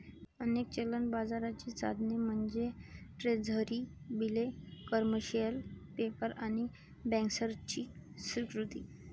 अनेक चलन बाजाराची साधने म्हणजे ट्रेझरी बिले, कमर्शियल पेपर आणि बँकर्सची स्वीकृती